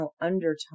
undertone